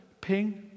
Ping